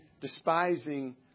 despising